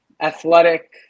athletic